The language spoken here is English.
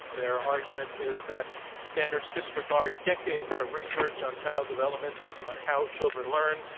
their argument is that the standards disregard decades of research on child development, on how children learn.